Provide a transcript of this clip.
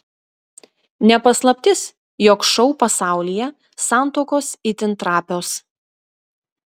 ne paslaptis jog šou pasaulyje santuokos itin trapios